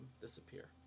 disappear